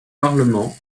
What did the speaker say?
parlement